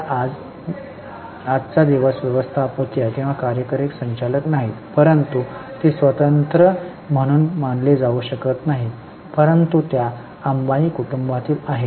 त्या आजचा दिवस व्यवस्थापक किंवा कार्यकारी संचालक नाही परंतु ती स्वतंत्र म्हणून मानली जाऊ शकत नाहीत परंतु त्या अंबानी कुटुंबातील आहेत